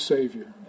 Savior